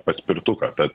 paspirtuką bet